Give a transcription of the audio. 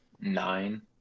nine